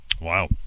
Wow